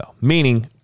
meaning